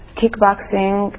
kickboxing